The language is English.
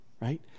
right